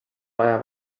vaja